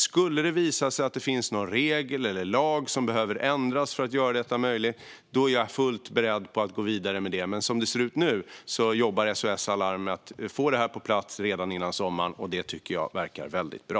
Skulle det visa sig finnas någon regel eller lag som behöver ändras för att göra detta möjligt är jag fullt beredd att gå vidare med det, men som det ser ut nu jobbar SOS Alarm med att få detta på plats redan före sommaren. Det tycker jag verkar väldigt bra.